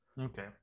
Okay